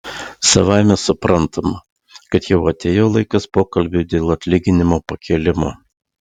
savaime suprantama kad jau atėjo laikas pokalbiui dėl atlyginimo pakėlimo